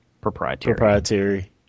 Proprietary